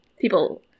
people